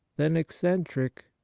then eccentric,